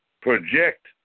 project